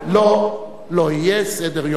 לא יהיה סדר-יום חדש.